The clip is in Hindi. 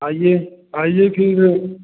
आईये आईये फिर